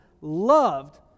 loved